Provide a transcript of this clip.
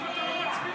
למה אתה לא מצביע?